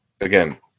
again